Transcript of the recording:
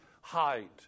hide